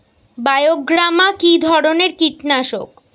বায়োগ্রামা কিধরনের কীটনাশক?